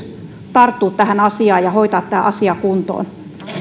tarttua tähän asiaan ja hoitaa tämän asian kuntoon